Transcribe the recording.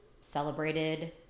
celebrated